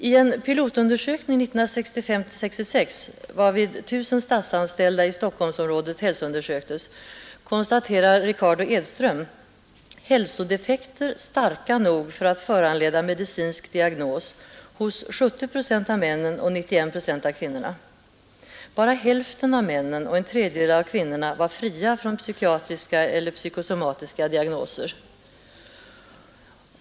I en pilotundersökning 1965—1966, varvid 1 000 statsanställda i Stockholmsområdet hälsoundersöktes, konstaterar Ricardo Edström ”hälsodeffekter, starka nog för att föranleda medicinsk diagnos, hos 70 procent av männen och 91 procent av kvinnorna”. Bara hälften av männen och en tredjedel av kvinnorna var fria från psykiatriska eller psykosomatiska diagnoser.